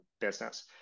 business